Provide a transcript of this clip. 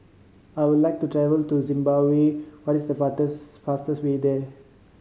I would like to travel to Zimbabwe What is the fastest way there